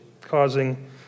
causing